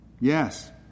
Yes